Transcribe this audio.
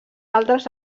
altres